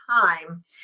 time